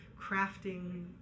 crafting